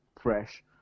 fresh